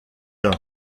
tard